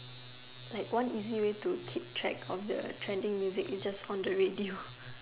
like one easy way to keep track of the trending music is just on the radio